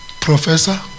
professor